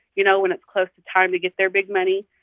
you know, when it's close to time to get their big money.